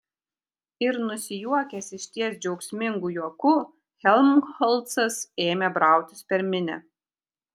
ir nusijuokęs išties džiaugsmingu juoku helmholcas ėmė brautis per minią